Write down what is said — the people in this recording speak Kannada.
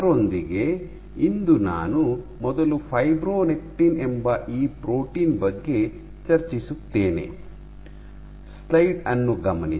ಅದರೊಂದಿಗೆ ಇಂದು ನಾನು ಮೊದಲು ಫೈಬ್ರೊನೆಕ್ಟಿನ್ ಎಂಬ ಈ ಪ್ರೋಟೀನ್ ಬಗ್ಗೆ ಚರ್ಚಿಸುತ್ತೇನೆ